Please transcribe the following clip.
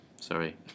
sorry